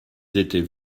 étaient